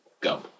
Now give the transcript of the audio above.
go